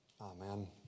Amen